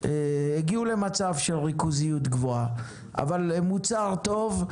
הגיעו למצב של ריכוזיות גבוהה אבל זה מוצר טוב,